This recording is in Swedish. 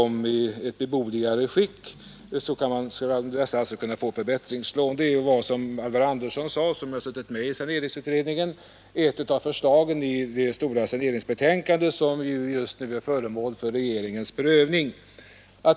Det är, som herr Alvar Andersson sade han har ju suttit med i saneringsutredningen —, ett av förslagen i det stora saneringsbetänkande som just nu är föremål för regeringens prövning.